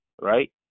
right